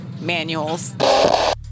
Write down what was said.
manuals